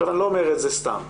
ואני לא אומר את זה סתם,